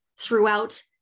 throughout